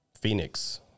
Phoenix